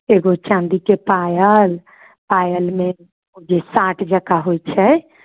एगो चाँदीके पायल पायलमे जे साट जकाँ होइत छै